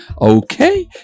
Okay